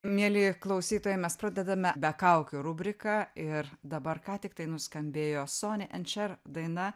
mieli klausytojai mes pradedame be kaukių rubriką ir dabar ką tik tai nuskambėjo sony end šer daina